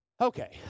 Okay